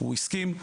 הוא הסכים.